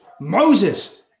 Moses